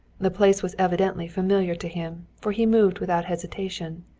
the place was evidently familiar to him, for he moved without hesitation.